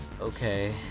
Okay